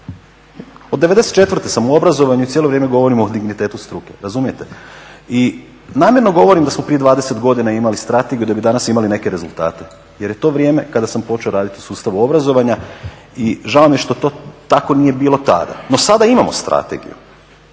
Od '94. sam u obrazovanju i cijelo vrijeme govorim o dignitetu struke, razumijete. I namjerno govorim da smo prije 20 godina imali strategiju da bi danas imali neke rezultate jer je to vrijeme kada sam počeo raditi u sustavu obrazovanja i žao mi je što to tako nije bilo tada. No sada imamo strategiju.